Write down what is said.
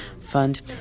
Fund